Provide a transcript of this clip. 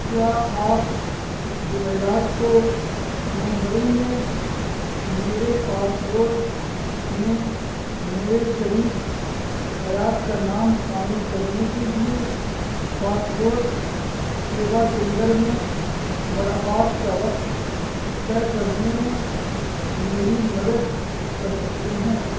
کیا آپ جمعرات کو ممبئی میں میرے پاسپورٹ میں میرے شریک حیات کا نام شامل کرنے کے لیے پاسپورٹ سیوا کیندر میں ملاقات کا وقت طے کرنے میں میری مدد کر سکتے ہیں